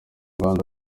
rwanda